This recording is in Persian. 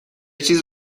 چیز